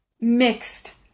mixed